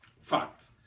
fact